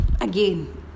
Again